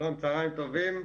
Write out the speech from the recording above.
צוהריים טובים.